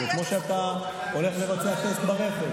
כמו שאתה הולך לבצע טסט ברכב,